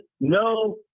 no